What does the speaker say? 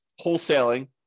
wholesaling